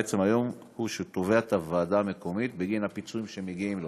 בעצם היום הוא תובע את הוועדה המקומית בגין הפיצויים שמגיעים לו.